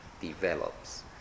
develops